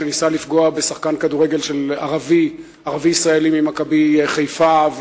שניסה לפגוע בשחקן כדורגל ערבי-ישראלי מ"מכבי חיפה",